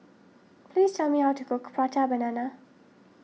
please tell me how to cook Prata Banana